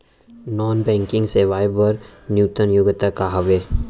Non banking सेवाएं बर न्यूनतम योग्यता का हावे?